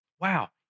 Wow